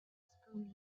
spoon